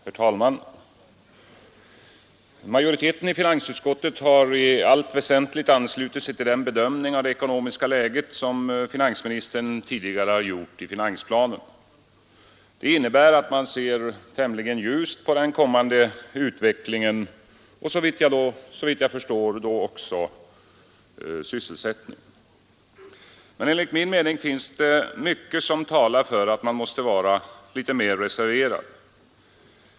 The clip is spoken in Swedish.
Herr talman! Majoriteten i finansutskottet har i allt väsentligt anslutit sig till den bedömning av det ekonomiska läget som finansministern tidigare gjort i finansplanen. Det innebär att man ser tämligen ljust på den kommande utvecklingen och, såvitt jag förstår, också på sysselsättningen. Enligt min mening finns det emellertid mycket som talar för att man måste vara litet mer reserverad.